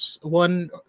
One